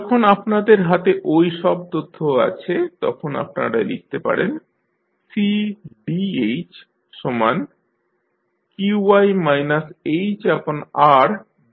যখন আপনাদের হাতে ঐ সব তথ্য আছে তখন আপনারা লিখতে পারেন Cdhqi hRdt